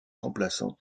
remplaçants